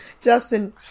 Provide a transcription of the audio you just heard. Justin